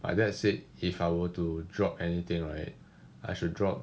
my dad said if I were to drop anything right I should drop